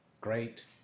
great